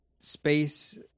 space